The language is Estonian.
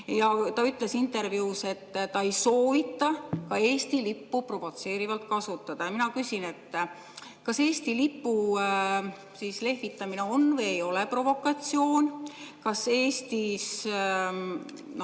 Ja ta ütles intervjuus, et ta ei soovita ka Eesti lippu provotseerivalt kasutada. Mina küsin, kas Eesti lipu lehvitamine on või ei ole provokatsioon. Kas Eestis